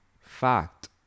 fact